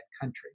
country